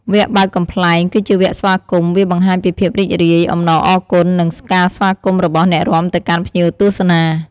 វគ្គបើកកំប្លែង គឺជាវគ្គស្វាគមន៍ វាបង្ហាញពីភាពរីករាយ អំណរអគុណ និង ការស្វាគមន៍របស់អ្នករាំទៅកាន់ភ្ញៀវទស្សនា។